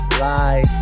lie